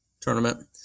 tournament